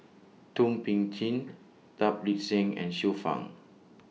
Thum Ping Tjin Tan Lip Seng and Xiu Fang